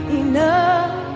enough